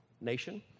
nation